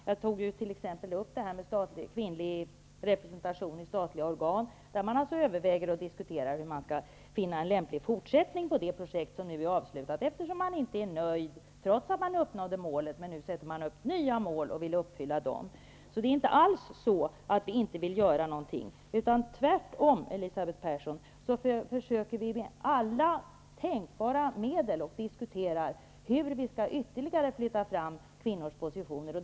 Jag tog upp projektet med kvinnlig representation i statliga organ, och man överväger nu en lämplig fortsättning på det projektet, som är avslutat, eftersom man inte är nöjd trots att man nådde målet. Nu sätter man upp nya mål och vill nå dem. Det är inte alls så att vi inte vill göra någonting, utan tvärtom diskuterar vi hur vi med alla tänkbara medel skall flytta fram kvinnors positioner ytterligare.